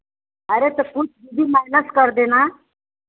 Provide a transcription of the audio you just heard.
अरे तो कुछ भी माइनस कर देना